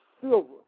silver